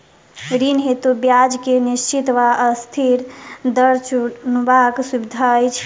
ऋण हेतु ब्याज केँ निश्चित वा अस्थिर दर चुनबाक सुविधा अछि